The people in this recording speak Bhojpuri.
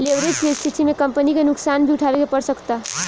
लेवरेज के स्थिति में कंपनी के नुकसान भी उठावे के पड़ सकता